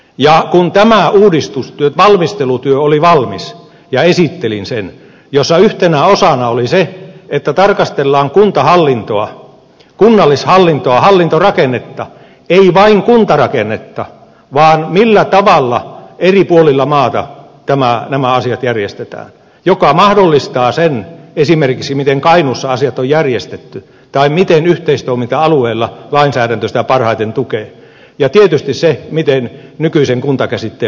ja kun tämä valmistelutyö oli valmis ja esittelin sen siinä yhtenä osana oli se että tarkastellaan kuntahallintoa kunnallishallintoa hallintorakennetta ei vain kuntarakennetta vaan myös sitä millä tavalla eri puolilla maata nämä asiat järjestetään mikä mahdollistaa esimerkiksi sen miten kainuussa asiat on järjestetty tai miten yhteistoiminta alueita lainsäädäntö parhaiten tukee ja tietysti miten se on nykyisen kunta käsitteen mukaista